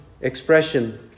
expression